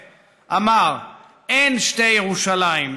אמר: אין שתי ירושלים,